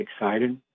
excited